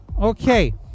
Okay